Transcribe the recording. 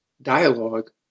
dialogue